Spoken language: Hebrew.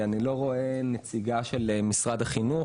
אני לא רואה נציגה של משרד החינוך,